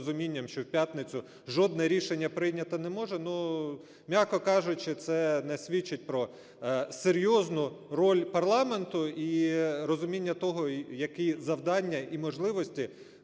що в п'ятницю жодне рішення прийняти не може, ну, м'яко кажучи, це не свідчить про серйозну роль парламенту і розуміння того, які завдання і можливості